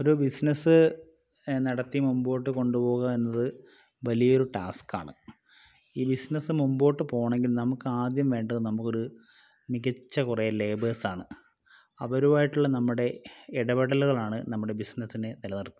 ഒരു ബിസ്നസ്സ് നടത്തി മുമ്പോട്ടു കൊണ്ടുപോവുകയെന്നത് വലിയൊരു ടാസ്ക്കാണ് ഈ ബിസ്നസ്സ് മുമ്പോട്ടു പോകണമെങ്കിൽ നമുക്കാദ്യം വേണ്ടത് നമുക്കൊരു മികച്ച കുറേ ലേബേഴ്സാണ് അവരുമായിട്ടുള്ള നമ്മുടെ ഇടപെടലുകളാണ് നമ്മുടെ ബിസ്നസ്സിനെ നിലനിർത്തുന്നത്